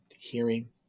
Hearing